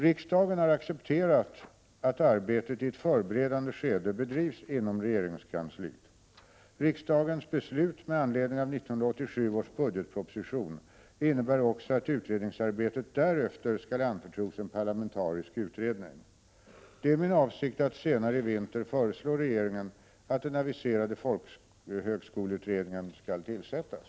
Riksdagen har accepterat att arbetet i ett förberedande skede bedrivs inom regeringskansliet . Riksdagens beslut med anledning av 1987 års budgetproposition innebär också att utredningsarbetet därefter skall anförtros en parlamentarisk utredning. Det är min avsikt att senare i vinter föreslå regeringen att den aviserade folkhögskoleutredningen skall tillsättas.